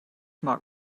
mag